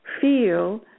feel